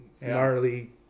Gnarly